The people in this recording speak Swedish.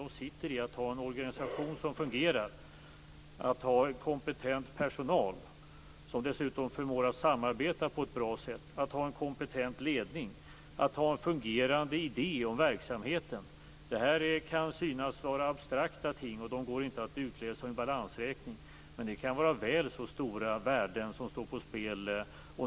De sitter i att ha en organisation som fungerar, att ha kompetent personal, som dessutom förmår samarbeta på ett bra sätt, att ha en kompetent ledning och att ha en fungerande idé om verksamheten. Det här kan synas vara abstrakta ting, som inte går att utläsa i en balansräkning, men det kan vara väl så stora värden som står på spel.